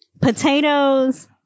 Potatoes